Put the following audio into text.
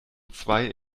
zwei